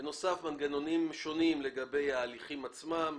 בנוסף, מנגנונים שונים לגבי ההליכים עצמם,